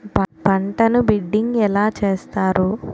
పంటను బిడ్డింగ్ ఎలా చేస్తారు?